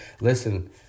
listen